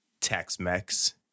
Tex-Mex